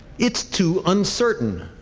it's too uncertain,